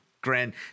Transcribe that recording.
grand